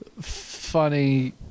funny